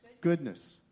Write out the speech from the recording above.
Goodness